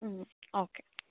okay